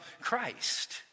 Christ